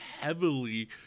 heavily